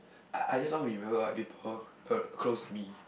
I I just want to be with people like people uh close to me